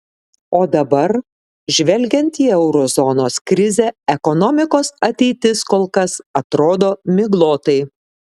o dabar žvelgiant į euro zonos krizę ekonomikos ateitis kol kas atrodo miglotai